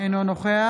אינו נוכח